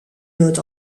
doth